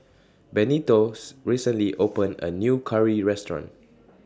Benito's recently opened A New Curry Restaurant